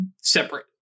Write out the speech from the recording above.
separate